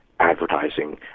advertising